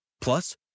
Plus